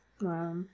Wow